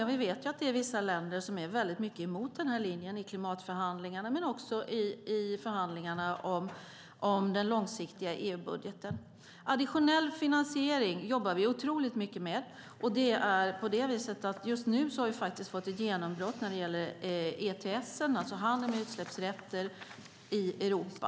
Ja, vi vet att det är vissa länder som är emot den här linjen i klimatförhandlingarna men också i förhandlingarna om den långsiktiga EU-budgeten. Additionell finansiering jobbar vi mycket med. Just nu har vi fått ett genombrott vad gäller ETS, alltså handeln med utsläppsrätter i Europa.